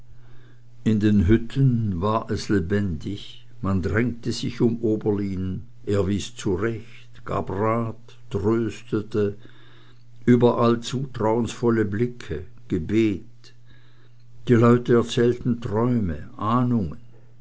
in den hütten war es lebendig man drängte sich um oberlin er wies zurecht gab rat tröstete überall zutrauensvolle blicke gebet die leute erzählten träume ahnungen